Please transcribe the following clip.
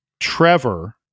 Trevor